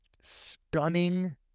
stunning